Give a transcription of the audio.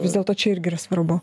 vis dėlto čia irgi yra svarbu